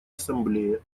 ассамблее